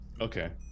Okay